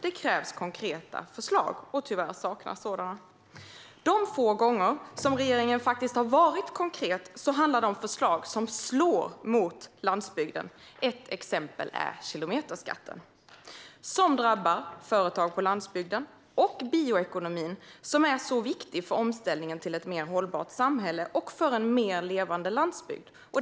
Det krävs konkreta förslag, och tyvärr saknas sådana. De få gånger som regeringen faktiskt har varit konkret handlar det om förslag som slår mot landsbygden. Ett exempel är kilometerskatten, som drabbar företag på landsbygden. Den drabbar också bioekonomin, som är viktig för omställningen till ett mer hållbart samhälle och för en mer levande landsbygd.